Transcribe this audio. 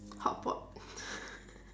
hotpot